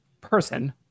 person